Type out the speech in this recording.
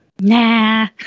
nah